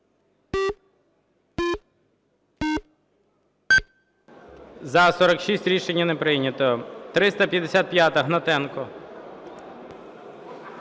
За-46 Рішення не прийнято. 355-а, Гнатенко.